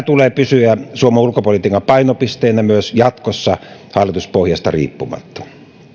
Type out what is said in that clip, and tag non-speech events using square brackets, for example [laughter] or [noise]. [unintelligible] tulee pysyä suomen ulkopolitiikan painopisteenä myös jatkossa hallituspohjasta riippumatta